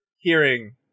hearing